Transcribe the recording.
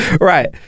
right